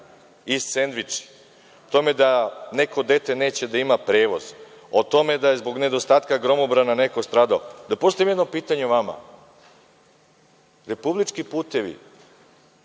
i sendviči, o tome da neko dete neće da ima prevoz, o tome da je zbog nedostatka gromobrana neko stradao. Da postavim jedno pitanje vama. Republički putevi